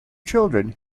children